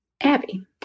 Abby